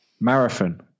marathon